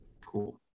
Cool